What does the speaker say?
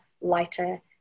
lighter